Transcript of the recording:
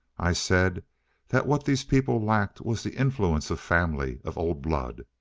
i said that what these people lacked was the influence of family of old blood!